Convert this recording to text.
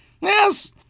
Yes